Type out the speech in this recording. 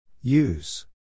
Use